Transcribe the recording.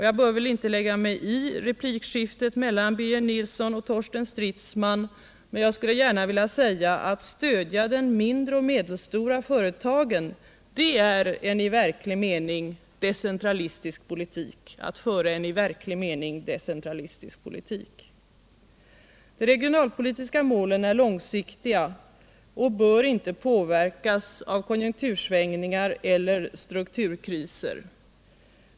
Jag bör väl inte lägga mig i replikskiftet mellan Birger Nilsson och Torsten Stridsman, men jag skulle gärna vilja säga: att stödja de mindre och medelstora företagen, det är att i verklig mening föra en decentralistisk politik. De regionalpolitiska målen är långsiktiga och bör inte påverkas av konjunktursvängningar eller strukturkriser.